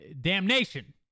Damnation